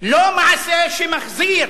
לא מעשה שמחזיר